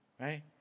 right